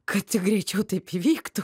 kad tik greičiau taip įvyktų